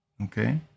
Okay